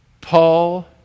Paul